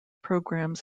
programmes